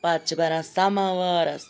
پَتہٕ چھِ بَران سَمَوارَس